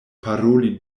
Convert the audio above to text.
paroli